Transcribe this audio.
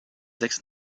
sechs